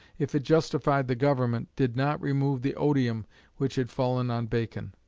if it justified the government, did not remove the odium which had fallen on bacon.